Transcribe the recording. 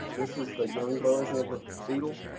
this is the young version of the beetle.